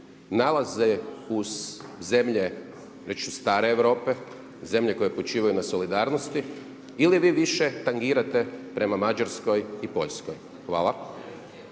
nalazi uz zemlje već stare Europe, zemlje koje počivaju na solidarnosti ili vi više tangirate prema Mađarskoj i Poljskoj? Hvala.